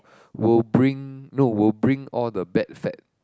will bring no will bring all the bad fat